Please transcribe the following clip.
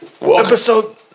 Episode